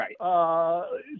Right